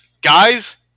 guys